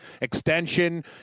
extension